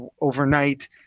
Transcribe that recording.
overnight